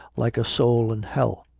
like a soul in hell.